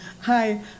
Hi